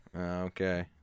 Okay